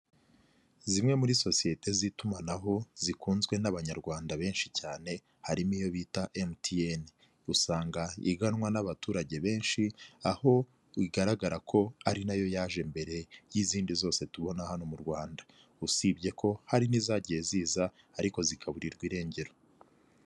Zimwe muri sosiyete z'itumanaho zikunzwe n'abanyarwanda benshi cyane, harimo iyo bita MTN, usanga iganwa n'abaturage benshi, aho bigaragara ko ari nayo yaje mbere y'izindi zose tubona hano mu Rwanda, usibye ko hari n'izagiye ziza ariko zikaburirwa irengero.